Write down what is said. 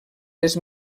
les